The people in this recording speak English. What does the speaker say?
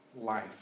life